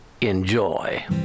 Enjoy